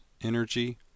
energy